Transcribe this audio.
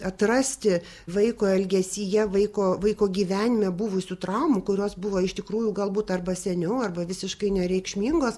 atrasti vaiko elgesyje vaiko vaiko gyvenime buvusių traumų kurios buvo iš tikrųjų galbūt arba seniau arba visiškai nereikšmingos